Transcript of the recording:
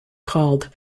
called